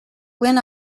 when